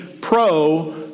pro